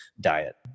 diet